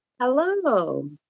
Hello